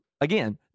again